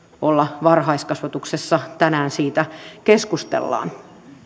olla varhaiskasvatuksessa siitä tänään keskustellaan